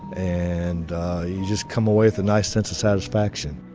and you just come away with a nice sense of satisfaction.